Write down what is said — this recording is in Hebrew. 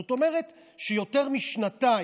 זאת אומרת יותר משנתיים,